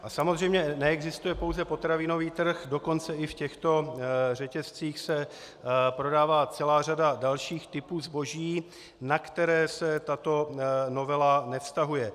A samozřejmě neexistuje pouze potravinový trh, dokonce i v těchto řetězcích se prodává celá řada dalších typů zboží, na které se tato novela nevztahuje.